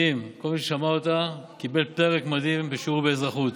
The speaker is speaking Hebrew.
כל מי ששמע אותה קיבל פרק מדהים בשיעור באזרחות.